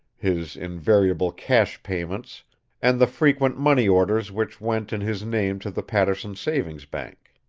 his invariable cash payments and the frequent money orders which went in his name to the paterson savings bank.